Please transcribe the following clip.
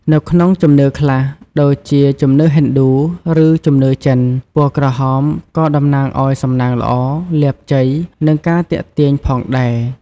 នៅក្នុងជំនឿខ្លះ ដូចជាជំនឿហិណ្ឌូ ឬជំនឿចិន ពណ៌ក្រហមក៏តំណាងឲ្យ សំណាងល្អ លាភជ័យ និងការទាក់ទាញផងដែរ។